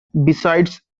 besides